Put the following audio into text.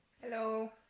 Hello